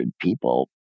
people